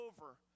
over